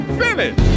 finish